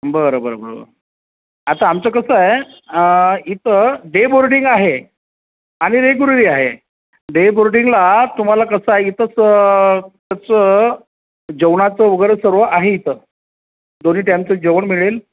बरं बरं बरं बरं आता आमचं कसं आहे इथं डे बोर्डिंग आहे आणि रेग्युलरही आहे डे बोर्डिंगला तुम्हाला कसं आहे इथंच तसं जेवणाचं वगैरे सर्व आहे इथं दोन्ही टॅमचं जेवण मिळेल